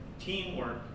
teamwork